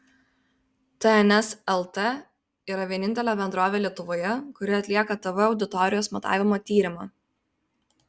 tns lt yra vienintelė bendrovė lietuvoje kuri atlieka tv auditorijos matavimo tyrimą